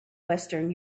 western